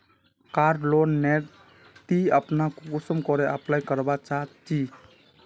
कार loan नेर ती अपना कुंसम करे अप्लाई करवा चाँ चची?